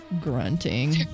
Grunting